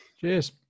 cheers